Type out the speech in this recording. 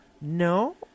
No